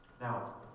Now